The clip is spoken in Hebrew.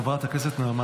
חברת הכנסת נעמה